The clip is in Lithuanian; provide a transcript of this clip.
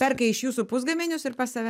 perka iš jūsų pusgaminius ir pas save